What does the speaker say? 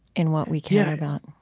in what we care about?